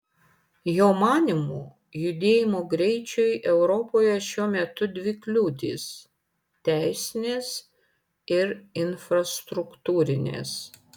jo manymu judėjimo greičiui europoje šiuo metu dvi kliūtys teisinės ir infrastruktūrinės